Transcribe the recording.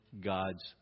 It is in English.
God's